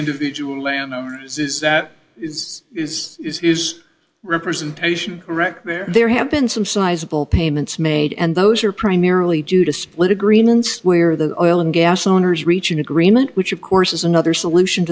individual that is is is his representation correct there there have been some sizable payments made and those are primarily due to split agreements where the oil and gas owners reach an agreement which of course is another solution